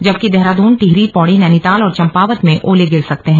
जबकि देहरादून टिहरी पौड़ी नैनीताल और चंपावत में ओले गिर सकते हैं